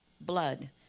blood